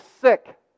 sick